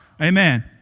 Amen